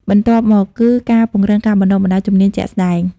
បន្ទាប់មកគឺ ការពង្រឹងការបណ្តុះបណ្តាលជំនាញជាក់ស្តែង។